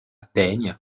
peigne